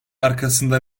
arkasında